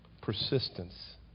Persistence